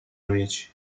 amici